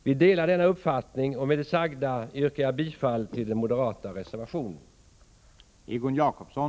Vi delar denna uppfattning, och med det sagda yrkar jag bifall till den moderata reservationen.